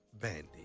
bandit